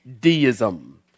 Deism